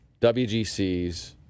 WGCs